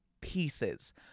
pieces